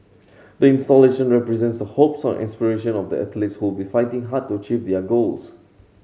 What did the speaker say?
installation represents the hopes and aspiration of the athletes who will be fighting hard to achieve their goals